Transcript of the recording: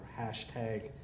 hashtag